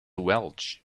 welch